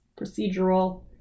Procedural